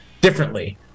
differently